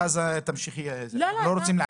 אנחנו לא רוצים לעכב.